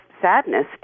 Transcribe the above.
sadness